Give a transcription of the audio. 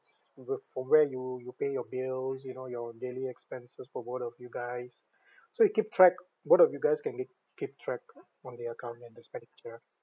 revert from where you you pay your bills you know your daily expenses for both of you guys so you keep track both of you guys can get keep track on the account and the expenditure